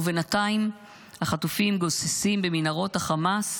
ובינתיים החטופים גוססים במנהרות החמאס,